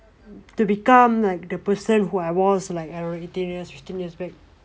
to become like the person who I was like around ten years fifteen years back